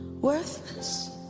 worthless